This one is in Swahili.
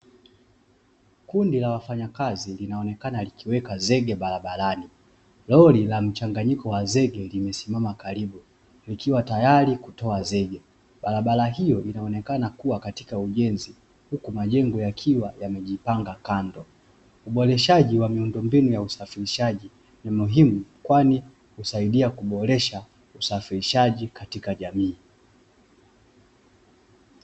Kundi la wafanyakazi linaonekana, likiweka zege barabarani lori la mchanganyiko wa zege limesimama karibu nikiwa tayari kutoa zege barabara hiyo inaonekana kuwa katika ujenzi, huku majengo yakiwa yamejipanga kando uboreshaji wa miundombinu ya usafirishaji ni muhimu kwani husaidia kuboresha usafirishaji katika jamii.